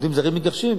עובדים זרים מגרשים.